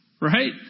right